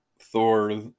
Thor